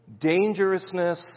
Dangerousness